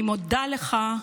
אני מודה לך,